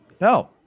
No